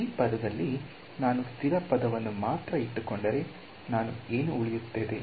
ಈ ಪದದಲ್ಲಿ ನಾನು ಸ್ಥಿರ ಪದವನ್ನು ಮಾತ್ರ ಇಟ್ಟುಕೊಂಡರೆ ನಾನು ಏನು ಉಳಿಯುತ್ತದೆ